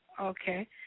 Okay